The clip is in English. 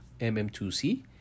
MM2C